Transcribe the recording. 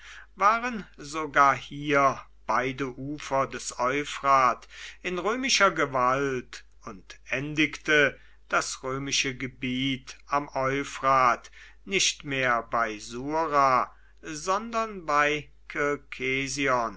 waren sogar hier beide ufer des euphrat in römischer gewalt und endigte das römische gebiet am euphrat nicht mehr bei sura sondern bei